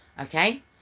okay